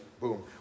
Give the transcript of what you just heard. boom